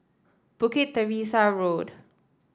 Bukit Teresa Road